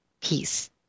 peace